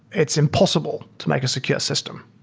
it's impossible to make a secure system.